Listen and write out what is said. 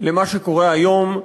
למה שקורה היום,